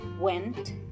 Went